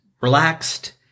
relaxed